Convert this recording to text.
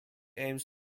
aims